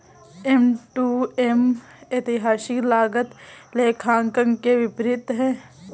M to M ऐतिहासिक लागत लेखांकन के विपरीत है